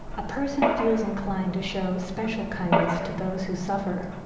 a person feels inclined to show special kindness to those who suffer.